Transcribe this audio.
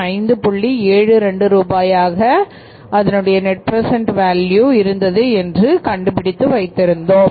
72 ரூபாயாக அதனுடைய net present value இருந்தது என்று கண்டுபிடித்து வைத்திருந்தோம்